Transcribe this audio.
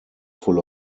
full